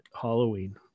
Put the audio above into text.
Halloween